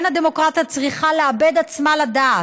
אין הדמוקרטיה צריכה לאבד עצמה לדעת.